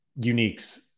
uniques